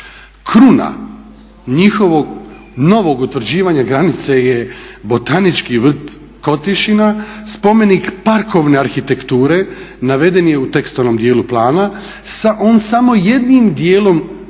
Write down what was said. Kruna njihovog novog utvrđivanja granice je Botanički vrt Kotišina, spomenik parkovne arhitekture naveden je u tekstualnom dijelu plana. On samo jednim dijelom ulazi